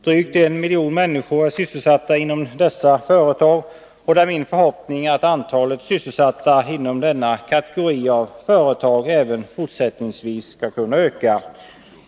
Drygt en miljon människor är sysselsatta inom dessa företag, och det är min förhoppning att antalet sysselsatta inom denna kategori av företag även fortsättningsvis skall kunna öka.